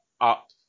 up